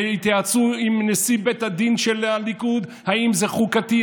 והתייעצו עם נשיא בית הדין של הליכוד אם זה חוקתי,